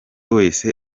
wese